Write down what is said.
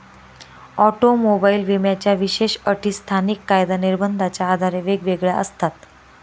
automobile विम्याच्या विशेष अटी स्थानिक कायदा निर्बंधाच्या आधारे वेगवेगळ्या असतात